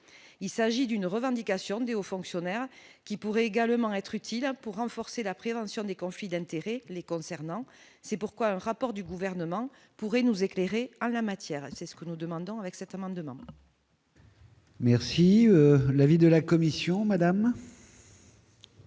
il s'agit d'une revendication du haut fonctionnaire qui pourrait également être utile pour renforcer la prévention des conflits d'intérêts, les concernant, c'est pourquoi un rapport du gouvernement pourrait nous éclairer en la matière, c'est ce que nous demandons avec cet amendement. Merci l'avis de la commission Madame.